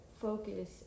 focus